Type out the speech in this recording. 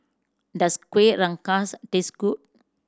does Kueh Rengas taste good